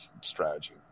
strategy